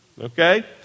okay